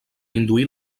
induir